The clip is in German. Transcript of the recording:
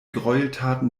gräueltaten